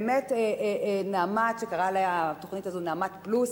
באמת, "נעמת", שקראה לתוכנית הזו "נעמת פלוס",